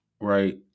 Right